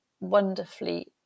wonderfully